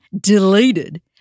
deleted